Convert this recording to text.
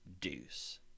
Deuce